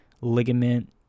ligament